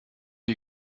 die